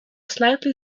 slightly